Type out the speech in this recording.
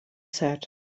said